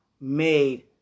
made